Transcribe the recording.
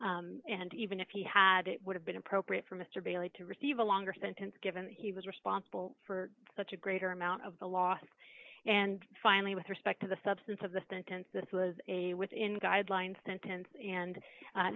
coconspirators and even if he had it would have been appropriate for mr bailey to receive a longer sentence given he was responsible for such a greater amount of the last and finally with respect to the substance of the sentence this was a within guidelines sentence and